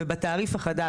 ובתעריף החדש,